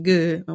Good